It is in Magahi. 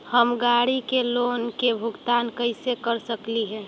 हम गाड़ी के लोन के भुगतान कैसे कर सकली हे?